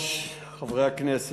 3. אדוני היושב-ראש, חברי הכנסת,